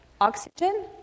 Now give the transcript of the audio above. oxygen